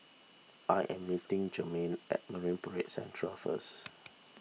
I am meeting Jermaine at Marine Parade Central first